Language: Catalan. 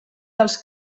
dels